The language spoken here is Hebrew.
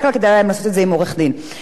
תחשוב כמה עולה ייצוג כזה,